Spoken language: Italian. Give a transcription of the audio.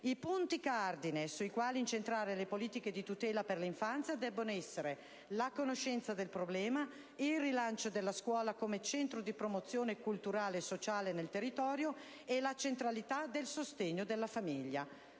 I punti cardine sui quali incentrare le politiche di tutela per l'infanzia debbono essere: la conoscenza del problema, il rilancio della scuola come centro di promozione culturale e sociale nel territorio e la centralità del sostegno alla famiglia.